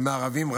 וערבים,